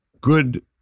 good